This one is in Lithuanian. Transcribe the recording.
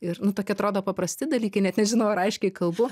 ir nu toki atrodo paprasti dalykai net nežinau ar aiškiai kalbu